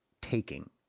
taking